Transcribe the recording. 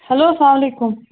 hello اسلام علیکُم